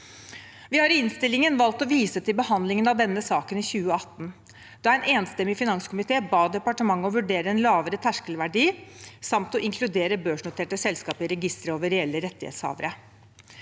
Vi har i innstillingen valgt å vise til behandlingen av denne saken i 2018, da en enstemmig finanskomité ba departementet vurdere en lavere terskelverdi samt å inkludere børsnoterte selskap i registeret over reelle rettighetshavere.